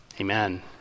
Amen